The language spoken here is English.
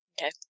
Okay